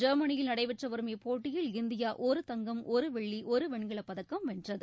ஜெர்மனியில் நடைபெற்று வரும் இப்போட்டியில் இந்தியா ஒரு தங்கம் ஒரு வெள்ளி ஒரு வெண்கலப் பதக்கம் வென்றது